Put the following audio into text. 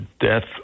death